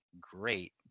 great